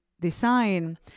design